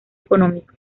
económico